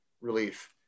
relief